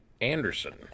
Anderson